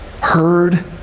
heard